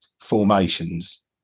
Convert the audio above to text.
formations